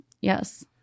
Yes